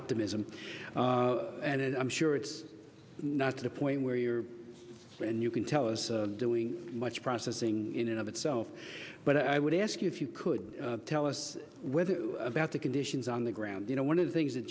optimism added i'm sure it's not to the point where you're so and you can tell us doing much processing in and of itself but i would ask you if you could tell us whether about the conditions on the ground you know one of the things that